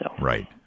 right